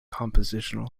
compositional